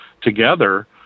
together